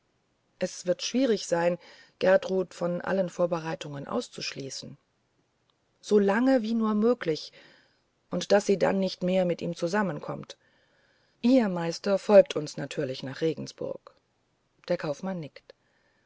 es wird schwierig sein gertrud von allen vorbereitungen auszuschließen so lange wie nur möglich und daß sie dann nicht mehr mit ihm zusammenkommt ihr meister folgt uns natürlich nach regensburg der kaufmann nickt